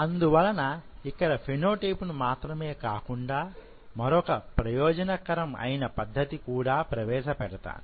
అందువలన ఇక్కడ ఫెనో టైప్ను మాత్రమే కాకుండా మరొక ప్రయోజనకరం అయిన పద్ధతి కూడా ప్రవేశపెడపెడతాను